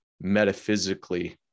metaphysically